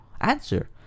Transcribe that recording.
answer